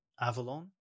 Avalon